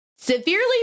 Severely